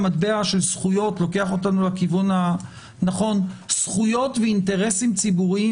המטבע של זכויות לוקח אותנו לכיוון הנכון זכויות ואינטרסים ציבוריים